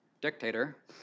dictator